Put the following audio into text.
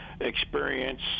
experience